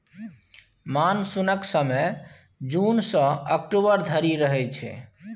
मानसुनक समय जुन सँ अक्टूबर धरि रहय छै